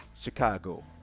Chicago